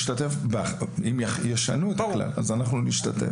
של הילד אם ישנו את הכלל אז אנחנו נשתתף.